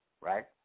right